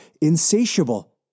insatiable